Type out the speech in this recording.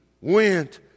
went